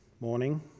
morning